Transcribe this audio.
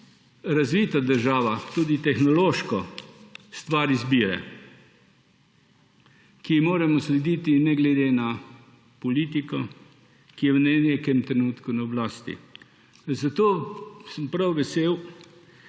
razvita država tudi tehnološko stvar izbire, ki ji moramo slediti ne glede na politiko, ki je v nekem trenutku na oblasti. Zato sem prav vesel,